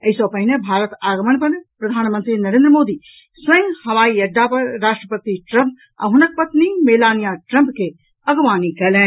एहि सॅ पहिने भारत आगमन पर प्रधानमंत्री नरेन्द्र मोदी स्वयं हवाई अड्डा पर राष्ट्रपति ट्रंप आ हुनक पत्नी मेलानिया ट्रंप के आगवानी कयलनि